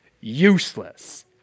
useless